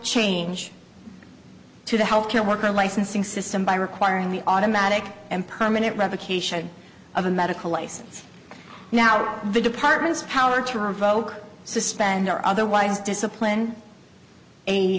change to the health care worker licensing system by requiring the automatic and permanent revocation of a medical license now the department's power to revoke suspend or otherwise discipline